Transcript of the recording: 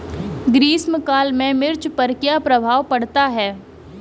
ग्रीष्म काल में मिर्च पर क्या प्रभाव पड़ता है?